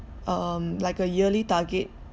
um like a yearly target